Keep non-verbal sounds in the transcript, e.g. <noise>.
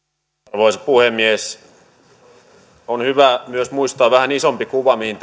arvoisa puhemies on hyvä myös muistaa vähän isompi kuva mihin <unintelligible>